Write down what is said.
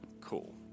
cool